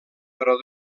però